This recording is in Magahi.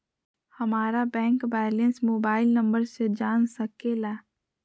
हमारा बैंक बैलेंस मोबाइल नंबर से जान सके ला?